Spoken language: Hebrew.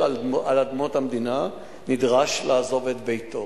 על אדמות המדינה נדרש לעזוב את ביתו.